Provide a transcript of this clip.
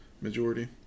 majority